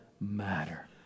matter